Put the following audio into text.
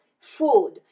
food